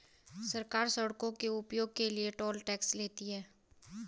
सरकार सड़कों के उपयोग के लिए टोल टैक्स लेती है